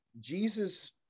Jesus